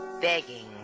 Begging